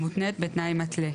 המותנית בתנאי מתלה.